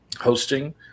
hosting